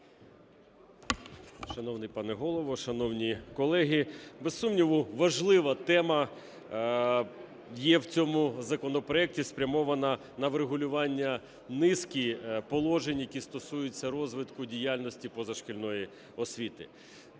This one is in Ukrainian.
Шановний пане Голово, шановні колеги! Без сумніву, важлива тема є в цьому законопроекті, спрямована на врегулювання низки положень, які стосуються розвитку діяльності позашкільної освіти.